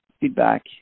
feedback